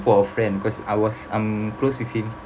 for a friend because I was I'm close with him